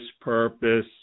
purpose